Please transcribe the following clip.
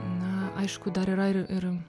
na aišku dar yra ir ir